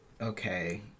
okay